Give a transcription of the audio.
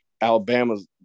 Alabama's